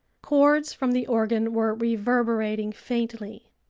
chords from the organ were reverberating faintly.